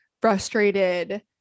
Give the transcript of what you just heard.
frustrated